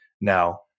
now